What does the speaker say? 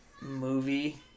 movie